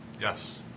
Yes